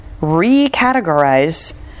recategorize